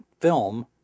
film